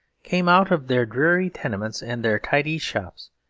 came out of their dreary tenements and their tidy shops,